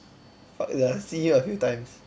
fuck sia see him a few times